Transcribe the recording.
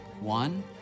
One